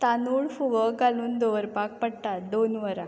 तानूळ फुगोवक घालून दवरपाक पडटा दोन वरां